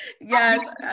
Yes